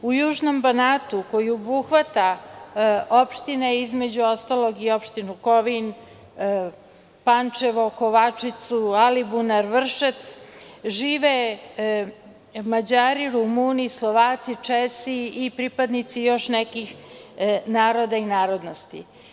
U južnom Banatu, koji obuhvata opštine, između ostalog i opštinu Kovin, Pančevo, Kovačicu, Alibunar, Vršac, žive Mađari, Rumuni, Slovaci, Česi i pripadnici još nekih naroda i narodnosti.